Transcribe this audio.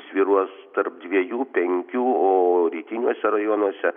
svyruos tarp dviejų penkių o rytiniuose rajonuose